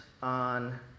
on